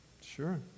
Sure